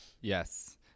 Yes